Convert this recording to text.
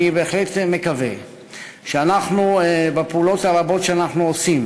אני בהחלט מקווה שבפעולות הרבות שאנחנו עושים